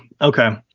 Okay